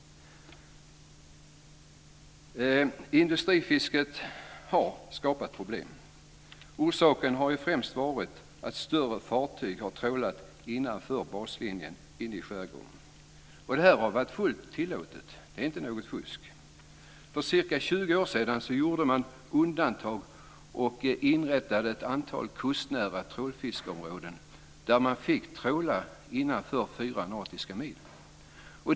Industrifisket har skapat problem. Orsaken har främst varit att större fartyg har trålat innanför baslinjen inne i skärgården. Det har varit fullt tillåtet. Det är inte något fusk. För ca 20 år sedan gjorde man undantag och inrättade ett antal kustnära trålfiskeområden där man fick tråla innanför fyra nautiska mil.